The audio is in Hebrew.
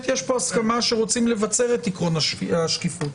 הסכמה שרוצים לבצר את עיקרון השקיפות,